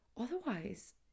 otherwise